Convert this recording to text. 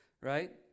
right